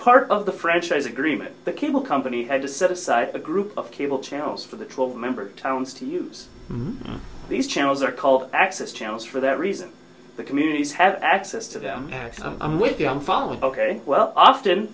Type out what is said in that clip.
part of the franchise agreement the cable company had to set aside a group of cable channels for the twelve member towns to use these channels or call access channels for that reason the communities have access to them i'm with you i'm following ok well often